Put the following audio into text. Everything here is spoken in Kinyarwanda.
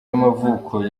y’amavuko